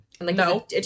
No